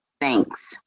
thanks